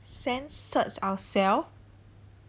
censored ourself